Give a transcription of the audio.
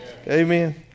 Amen